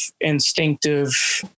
instinctive